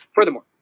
Furthermore